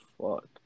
fuck